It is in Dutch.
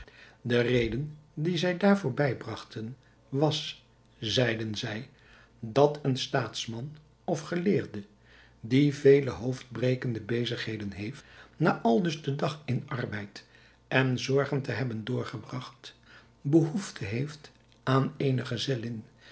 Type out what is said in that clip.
de reden die zij daarvoor bij bragten was zeiden zij dat een staatsman of geleerde die vele hoofdbrekende bezigheden heeft na aldus den dag in arbeid en zorgen te hebben doorgebragt behoefte heeft aan eene gezellin